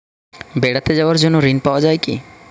বেড়াতে যাওয়ার জন্য ঋণ পাওয়া যায় কি?